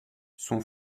son